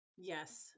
Yes